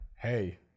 Hey